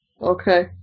Okay